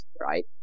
right